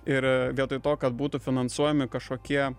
ir vietoj to kad būtų finansuojami kažkokie